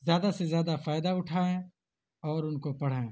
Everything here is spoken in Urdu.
زیادہ سے زیادہ فائدہ اٹھائیں اور ان کو پڑھیں